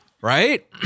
Right